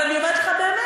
אבל אני אומרת לך באמת,